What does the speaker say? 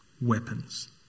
weapons